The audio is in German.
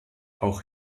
auch